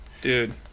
dude